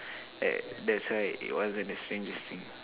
uh that's why it wasn't the strangest thing